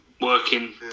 working